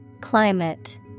Climate